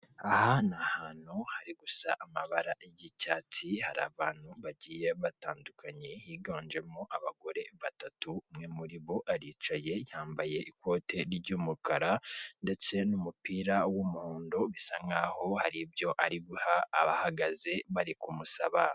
Aha ni ahantu hari gusa amabara y'icyatsi, hari abantu bagiye batandukanye, higanjemo abagore batatu, umwe muri bo aricaye, yambaye ikote ry'umukara ndetse n'umupira w'umuhondo, bisa nk'aho hari ibyo ari gusa abahagaze bari kumusaba.